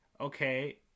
okay